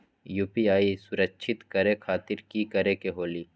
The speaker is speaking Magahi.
यू.पी.आई सुरक्षित करे खातिर कि करे के होलि?